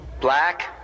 black